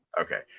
Okay